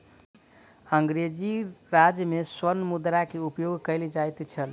अंग्रेजी राज में स्वर्ण मुद्रा के उपयोग कयल जाइत छल